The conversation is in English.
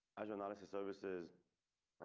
azure analysis services.